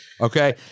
Okay